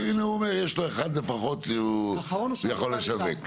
הנה הוא אומר, יש לו אחד לפחות שהוא יכול לשווק.